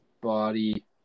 Body